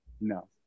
no